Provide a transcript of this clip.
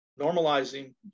normalizing